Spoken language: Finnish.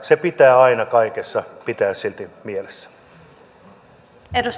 se pitää aina kaikessa pitää silti mielessä